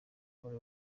muri